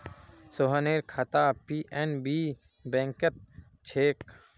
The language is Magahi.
सोहनेर खाता पी.एन.बी बैंकत छेक